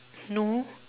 no